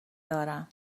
دارم